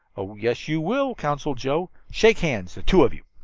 oh, yes, you will, counseled joe. shake hands, the two of you.